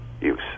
use